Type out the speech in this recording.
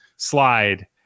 slide